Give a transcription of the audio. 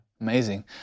Amazing